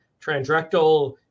transrectal